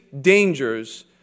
dangers